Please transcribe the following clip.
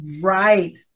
Right